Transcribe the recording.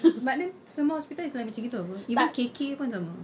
but then semua hospital is like macam gitu apa even K_K pun sama